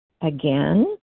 again